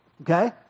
Okay